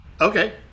okay